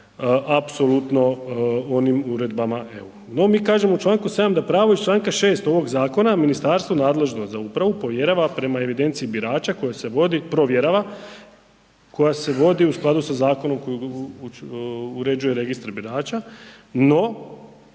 apsolutno onim uredbama EU no mi kažemo u čl. 7. da pravo iz čl. 6. ovog zakona, ministarstvo nadležno za upravu, povjerava prema evidenciji birača koje se vodi provjerava, koja se vodi u skladu sa zakonom kojeg uređuje Registar birača no